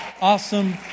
awesome